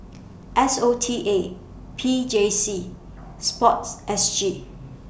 S O T A P J C Sport S G